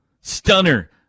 stunner